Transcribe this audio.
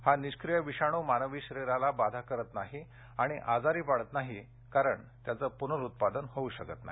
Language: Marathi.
हा निष्क्रीय विषाणू मानवी शरीराला बाधा करत नाही आणि आजारी पाडत नाही कारण त्याचं पुनरुत्पादन होऊ शकत नाही